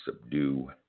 subdue